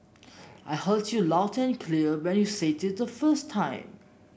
I heard you loud and clear when you said it the first time